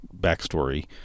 backstory